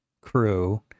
crew